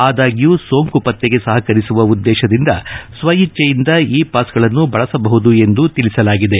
ಆದಾಗ್ಯೂ ಸೋಂಕು ಪತ್ತೆಗೆ ಸಹಕರಿಸುವ ಉದ್ದೇಶದಿಂದ ಸ್ವ ಇಚ್ಚೆಯಿಂದ ಇ ಪಾಸ್ಗಳನ್ನು ಬಳಸಬಹುದು ಎಂದೂ ತಿಳಿಸಲಾಗಿದೆ